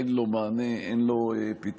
אין לו מענה, אין לו פתרון.